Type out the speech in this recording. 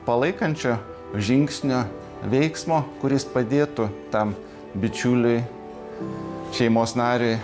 palaikančio žingsnio veiksmo kuris padėtų tam bičiuliui šeimos nariui